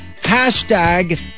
Hashtag